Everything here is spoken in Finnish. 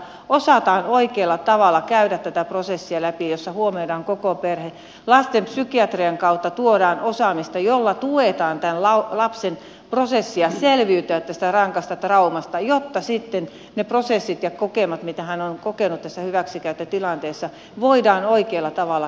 osataan oikealla tavalla käydä läpi tätä prosessia jossa huomioidaan koko perhe lastenpsykiatrian kautta tuodaan osaamista jolla tuetaan lapsen prosessia selviytyä tästä rankasta traumasta jotta sitten ne prosessit ja kokemat mitä hän on kokenut tässä hyväksikäyttötilanteessa voidaan oikealla tavalla käydä läpi